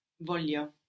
Voglio